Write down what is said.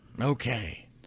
Okay